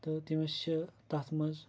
تہٕ تٔمِس چھِ تَتھ منٛز